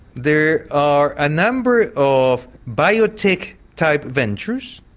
there are a number of biotech type ventures,